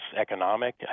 economic